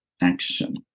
action